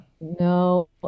No